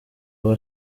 aba